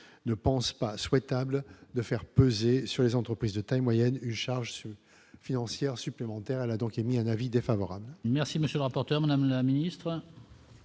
ne pense pas souhaitable de faire peser sur les entreprises de taille moyenne, une charge sur financière supplémentaire à elle a donc émis un avis défavorable.